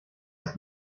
ist